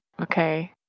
Okay